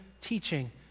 teaching